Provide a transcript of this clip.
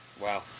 Wow